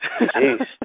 Jeez